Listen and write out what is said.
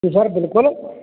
जी sir बिल्कुल